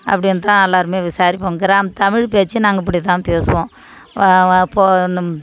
அப்படின்தான் எல்லாருமே விசாரிப்போம் கிராம் தமிழ் பேச்சு நாங்கள் இப்படிதான் பேசுவோம் வா வா போன்னு